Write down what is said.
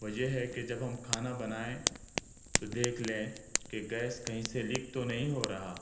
وہ یہ ہے کہ جب ہم کھانا بنائیں تو دیکھ لیں کہ گیس کہیں سے لیک تو نہیں ہو رہا